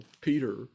Peter